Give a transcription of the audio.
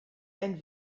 ein